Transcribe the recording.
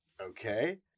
Okay